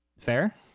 Fair